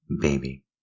Baby